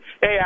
hey